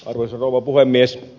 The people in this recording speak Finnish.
arvoisa rouva puhemies